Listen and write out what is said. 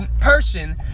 person